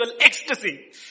ecstasy